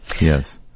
Yes